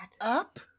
up